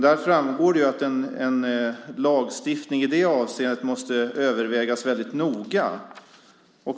Där framgår att en lagstiftning i det avseendet måste övervägas väldigt noga.